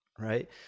Right